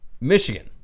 Michigan